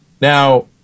Now